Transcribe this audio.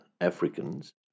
Africans